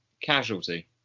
Casualty